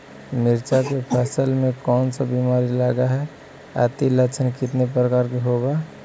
मीरचा के फसल मे कोन सा बीमारी लगहय, अती लक्षण कितने प्रकार के होब?